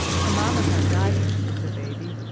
her mamma had died when she was a baby,